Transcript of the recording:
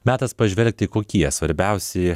metas pažvelgti kokie svarbiausi